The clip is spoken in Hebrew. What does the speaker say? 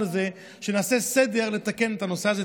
הזה שנעשה סדר ונתקן את הנושא הזה.